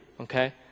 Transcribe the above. okay